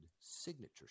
signature